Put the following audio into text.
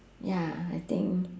ya I think